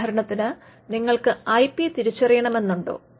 ഉദാഹരണത്തിന് നിങ്ങക്ക് I P തിരിച്ചറിയണം എന്നുണ്ടോ